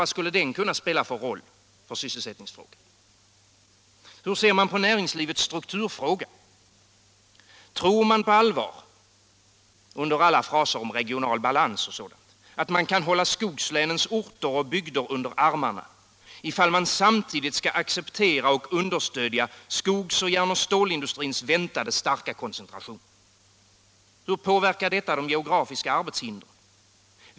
Vad skulle den kunna spela för roll i sysselsättningsfrågan? Hur ser man på näringslivets strukturfråga? Tror man på allvar, under alla fraser om regional balans, att man kan hålla skogslänens orter och bygder under armarna om man samtidigt skall acceptera och understödja skogs-, järn och stålindustrins väntade starka koncentration? Hur påverkar detta de geografiska arbetshindren?